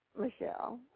Michelle